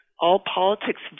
all-politics